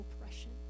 oppression